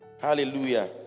Hallelujah